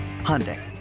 Hyundai